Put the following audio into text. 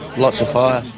lots of fire.